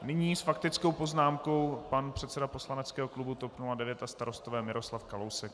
Nyní s faktickou poznámkou pan předseda poslaneckého klubu TOP 09 a Starostové Miroslav Kalousek.